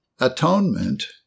Atonement